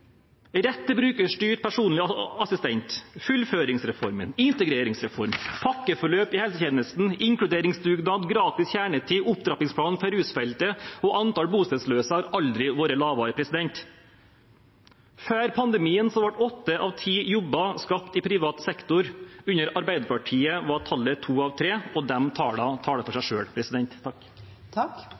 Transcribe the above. rett til brukerstyrt personlig assistanse, fullføringsreformen, integreringsreformen, pakkeforløp i helsetjenesten, inkluderingsdugnad, gratis kjernetid, opptrappingsplanen for rusfeltet – og antallet bostedsløse har aldri vært lavere. Før pandemien ble åtte av ti jobber skapt i privat sektor, under Arbeiderpartiet var tallet to av tre. De tallene taler for seg